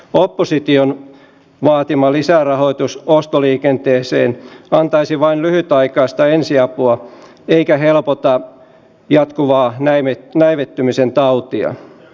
opposition vaatima lisärahoitus ostoliikenteeseen antaisi vain lyhytaikaista ensiapua eikä helpota jatkuvaa näivettymisen tautia